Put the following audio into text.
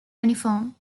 uniform